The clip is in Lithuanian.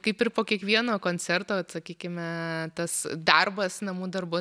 kaip ir po kiekvieno koncerto sakykime tas darbas namų darbų